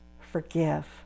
Forgive